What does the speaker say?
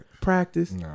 practice